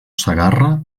segarra